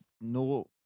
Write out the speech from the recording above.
no